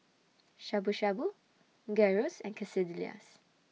Shabu Shabu Gyros and Quesadillas